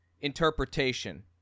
interpretation